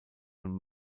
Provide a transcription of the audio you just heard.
von